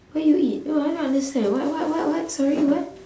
what you eat no I don't understand what what what what sorry what